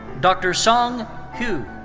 dr. song hu.